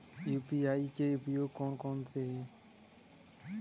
UPI के उपयोग कौन कौन से हैं?